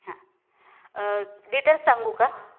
हां डिटेल्स सांगू का